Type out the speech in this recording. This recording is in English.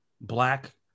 black